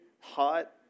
hot